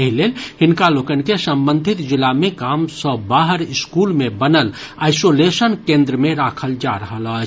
एहि लेल हिनका लोकनि के संबंधित जिला मे गाम सॅ बाहर स्कूल मे बनल आइसोलेशन केन्द्र मे राखल जा रहल अछि